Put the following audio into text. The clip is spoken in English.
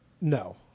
No